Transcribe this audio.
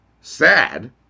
sad